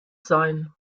sein